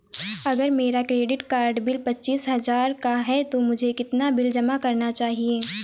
अगर मेरा credit card bill पच्चीस हजार का है तो मुझे कितना बिल जमा करना चाहिए?